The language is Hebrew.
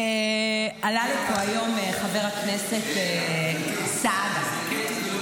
עלה לפה היום חבר הכנסת סעדה ------ זה קֵטִי,